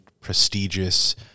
prestigious